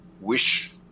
wish